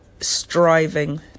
striving